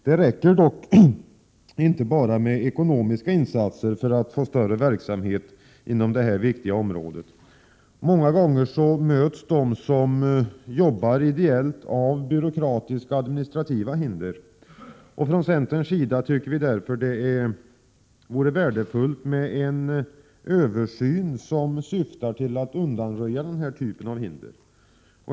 Det räcker dock inte med bara ekonomiska insatser för att få ökad verksamhet inom detta viktiga område. Många gånger möts de som arbetar ideellt av byråkratiska och administrativa hinder. Från centerns sida tycker vi därför att det vore värdefullt med en översyn i syfte att undanröja denna typ av hinder.